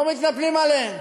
לא מתנפלים עליהן.